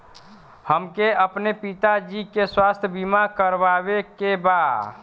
हमके अपने पिता जी के स्वास्थ्य बीमा करवावे के बा?